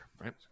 right